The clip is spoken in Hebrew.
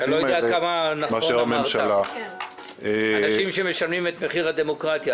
אתה לא יודע כמה נכון אמרת אנשים שמשלמים את מחיר הדמוקרטיה,